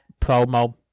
promo